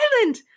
island